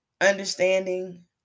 understanding